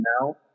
now